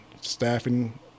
staffing